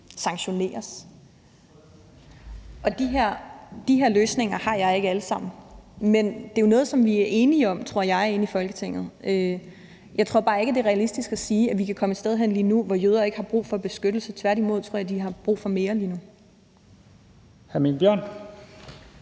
sanktioneres. De her løsninger har jeg ikke alle sammen, men det er jo noget, som vi er enige om, tror jeg, herinde i Folketinget. Jeg tror bare ikke, det er realistisk at sige, at vi kan komme et sted hen lige nu, hvor jøder ikke har brug for beskyttelse. Tværtimod tror jeg de har brug for mere lige nu. Kl.